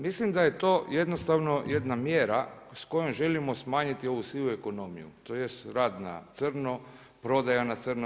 Mislim da je to jednostavno jedna mjera s kojom želimo smanjiti ovu sivu ekonomiju, tj. rad na crno, prodaja na crno.